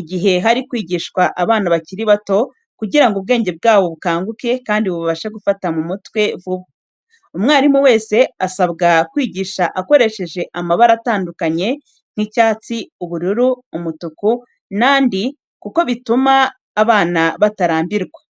igihe hari kwigishwa abana bakiri bato kugira ngo ubwenge bwabo bukanguke kandi babashe gufata mu mutwe vuba. Umwarimu wese asabya kwigisha akoreshejeje amabara atandukanye nk'icyatsi, ubururu, umutuku n'andi kuko bitumwa abana batarambirwa.